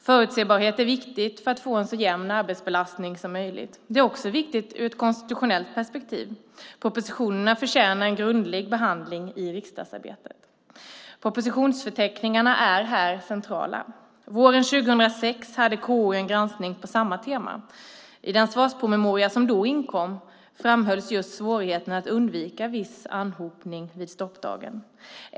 Förutsebarhet är viktig för en så jämn arbetsbelastning som möjligt. Det är också viktigt ur ett konstitutionellt perspektiv. Propositionerna förtjänar en grundlig behandling i riksdagsarbetet. Propositionsförteckningarna är här centrala. Våren 2006 hade KU en granskning på samma tema. I den svarspromemoria som då inkom framhölls just svårigheten att undvika viss anhopning vid stoppdagen.